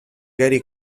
gary